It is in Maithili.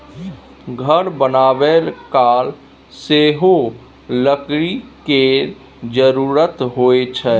घर बनाबय काल सेहो लकड़ी केर जरुरत होइ छै